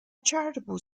charitable